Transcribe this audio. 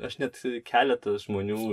aš net keletą žmonių